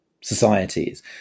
societies